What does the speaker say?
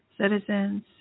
citizens